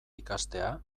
ikastea